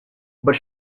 but